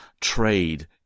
trade